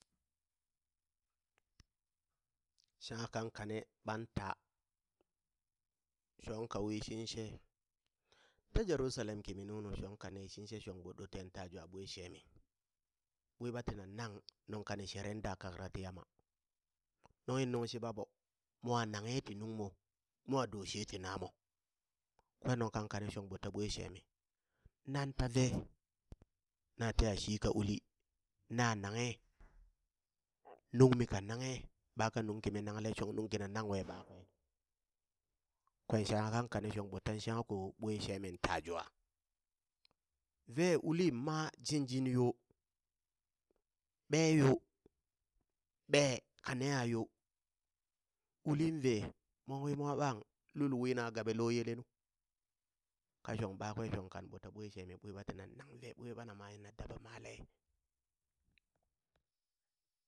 Shangha kan kane ɓan taa shong ka wishin she, ta Jerusalem kimi nunu, shong ka neshin she shong ɓo ɗot ten ta jwa ɓwe shemi, ɓwi ɓa tina nang, nung ka ni sheren da kakra ti yama, nunghi nung shiɓa ɓo mwa nanghe ti nung mo, mwan do she ti namo, kwen nung kan kane shong ɓo ta she shemi, nan ta vee na teeha shi ka uli, na nanghe, nung mi ka nanghe, ɓa ka nung kimi nangle shong nung kina nang we ɓakwe, kwen shangha kane shong ɓo ta shangha ko ɓwe shemin ta jwa, vee uli ma, jinjin yo, ɓe̱e̱ yo, ɓee kaneha yo, ulin vee mwanwi mwa ɓan lul wina gaɓe lo yele nu, ka shong ɓakwe shong ɓo ta she shemi, ɓwi ɓa tina nangle, ɓwi ɓa nama yina daɓa male.